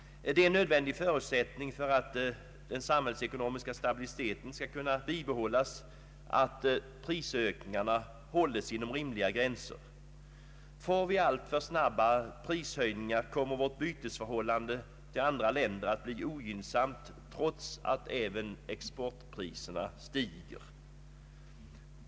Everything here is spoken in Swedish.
Det är en nödvändig förutsättning för att den samhällsekonomiska stabiliteten skall kunna bibehållas att prisökningarna hålls inom rimliga gränser. Får vi alltför snabba prishöjningar kommer vårt bytesförhållande till andra länder att bli ogynnsamt, trots att exportpriserna stiger.